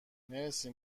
مرسی